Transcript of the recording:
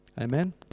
Amen